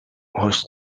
husk